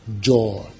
joy